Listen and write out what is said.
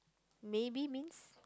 maybe means